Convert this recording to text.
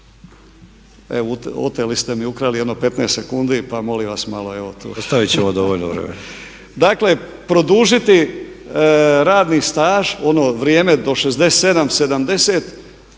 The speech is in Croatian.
Evo oteli ste mi, ukrali jedno 15 sekundi pa molim vas malo tu. …/Upadica Ante Sanader: Ostavit ćemo dovoljno vremena./… Dakle, produžiti radni staž ono vrijeme do 67, 70,